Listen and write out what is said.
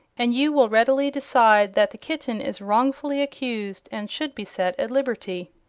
and you will readily decide that the kitten is wrongfully accused and should be set at liberty.